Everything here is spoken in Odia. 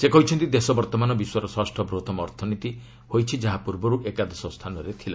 ସେ କହିଛନ୍ତି ଦେଶ ବର୍ଭମାନ ବିଶ୍ୱର ଷଷ୍ଠ ବୃହତମ ଅର୍ଥନୀତି ହୋଇଛି ଯାହା ପୂର୍ବରୁ ଏକାଦଶ ସ୍ଥାନରେ ଥିଲା